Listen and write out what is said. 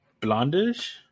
blondish